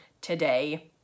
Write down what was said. today